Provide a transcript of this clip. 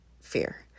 fear